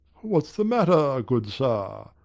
what's the matter, good sir?